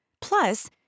Plus